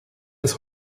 das